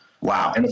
Wow